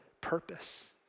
purpose